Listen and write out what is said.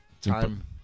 time